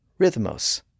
rhythmos